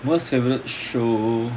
most favourite show